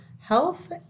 health